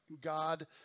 God